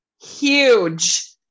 huge